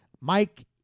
Mike